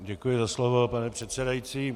Děkuji za slovo, pane předsedající.